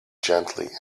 gently